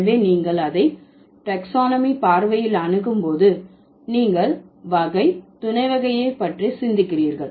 எனவே நீங்கள் அதை ஒரு டாக்ஸானமி பார்வையில் அணுகும்போது நீங்கள் வகை துணை வகையை பற்றி சிந்திக்கிறீர்கள்